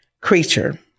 creature